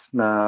na